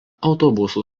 autobusų